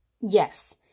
Yes